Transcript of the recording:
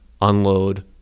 unload